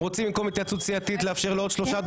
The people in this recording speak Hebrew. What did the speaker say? אתם רוצים במקום התייעצות סיעתית לאפשר לעוד שלושה דוברים?